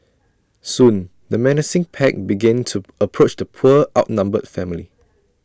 soon the menacing pack began to approach the poor outnumbered family